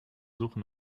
suche